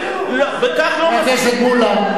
למה לא אמרתם כלום?